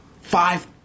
five